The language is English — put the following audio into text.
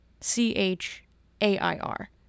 C-H-A-I-R